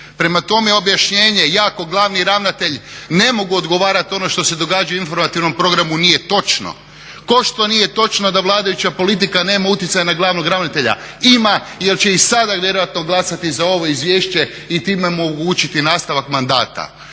Prema tome, objašnjenje ja ko glavni ravnatelj ne mogu odgovarati ono što se događa u informativnom programu nije točno, kao što nije točno da vladajuća politika nema utjecaj na glavnom ravnatelja. Ima jel će i sada vjerojatno glasati za ovo izvješće i time mu omogućiti nastavak mandata